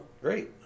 Great